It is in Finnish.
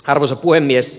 arvoisa puhemies